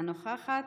אינה נוכחת,